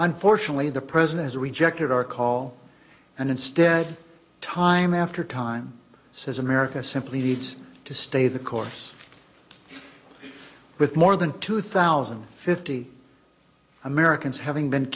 unfortunately the president has rejected our call and instead time after time says america simply needs to stay the course with more than two thousand fifty americans having been